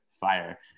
fire